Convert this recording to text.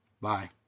Bye